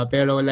Pero